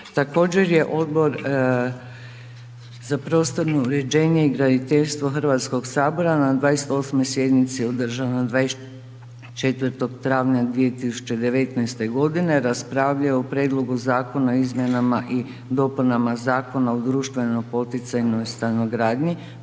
Također je odbor za prostorno uređenje i graditeljstvo Hrvatskog sabora na 28. sjednici održanoj 24. travnja 2019. godine raspravljao o Prijedlogu Zakona o izmjenama i dopunama Zakona društveno poticajnoj stanogradnji,